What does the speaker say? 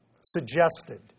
suggested